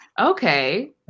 okay